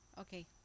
okay